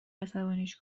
عصبانیش